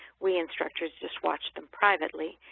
we instructors just watched them privately,